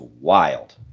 wild